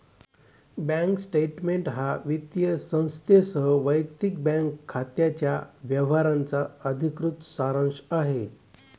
bank statement हा वित्तीय संस्थेसह वैयक्तिक बँक खात्याच्या व्यवहारांचा अधिकृत सारांश आहे